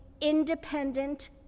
independent